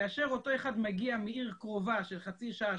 כאשר אותו אחד מגיע מעיר קרובה של חצי שעה,